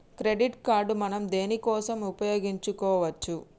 Credit card మనం దేనికోసం ఉపయోగించుకోవచ్చు?